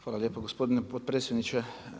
Hvala lijepo gospodine potpredsjedniče.